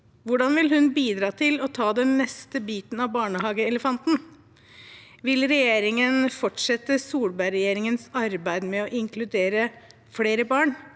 Hvordan vil hun bidra til å ta den neste biten av barnehageelefanten? Vil regjeringen fortsette Solberg-regjeringens arbeid med å inkludere flere barn